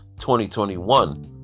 2021